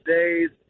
days